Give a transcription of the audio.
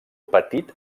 petit